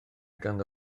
ganddo